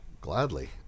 gladly